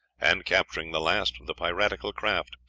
and capturing the last of the piratical craft.